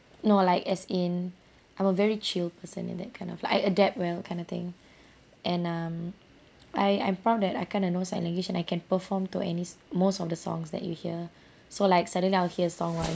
no like as in I'm a very chill person in that kind of like I adapt well kind of thing and um I I'm proud that I kind of know sign language and I can perform to any s~ most of the songs that you hear so like suddenly I'll hear song right